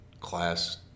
class